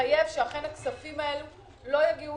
ולהתחייב שאכן הכספים האלה לא יגיעו